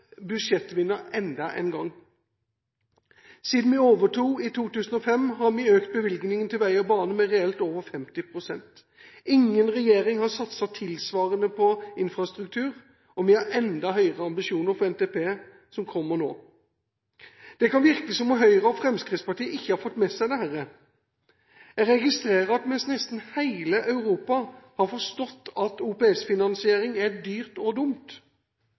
budsjettvinner enda en gang. Siden vi overtok i 2005, har vi økt bevilgningen til vei og bane med reelt over 50 pst. Ingen regjering har satset tilsvarende på infrastruktur, og vi har enda høyere ambisjoner for Nasjonal transportplan som kommer nå. Det kan virke som om Høyre og Fremskrittspartiet ikke har fått med seg dette. Jeg registrerer at mens nesten hele Europa har forstått at OPS-finansiering er dyrt og dumt,